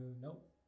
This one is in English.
nope